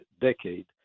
decade